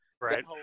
Right